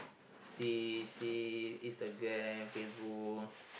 see see Instagram Facebook